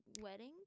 weddings